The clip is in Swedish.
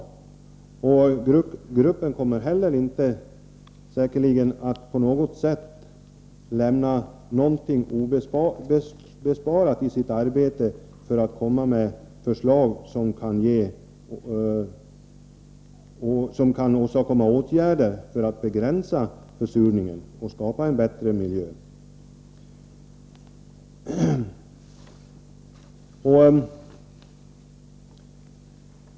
Aktionsgruppen kommer säkerligen inte att spara någon möda i sitt arbete på att komma med förslag till åtgärder för att begränsa försurningen och skapa en bättre miljö.